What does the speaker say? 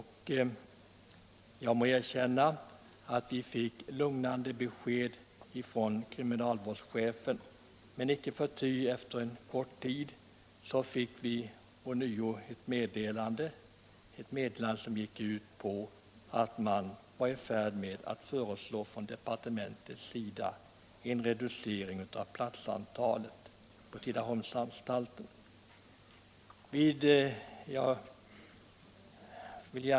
Vi fick ett lugnande besked av kriminalvårdschefen. Icke förty fick vi efter en kort tid ånyo ett meddelande att man inom departementet var i färd med att utarbeta ett förslag som gick ut på en reducering av platsantalet vid Tidaholmsanstalten.